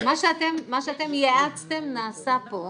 מה שאתם ייעצתם נעשה פה,